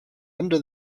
under